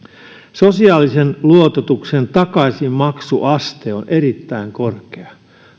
sosiaalisen luototuksen takaisinmaksuaste on erittäin korkea